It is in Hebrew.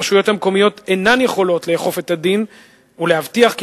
הרשויות המקומיות אינן יכולות לאכוף את הדין ולהבטיח כי